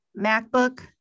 MacBook